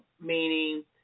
meaning